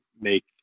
make